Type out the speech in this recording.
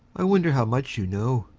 i wonder how much you know,